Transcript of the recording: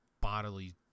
bodily